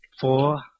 Four